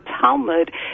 Talmud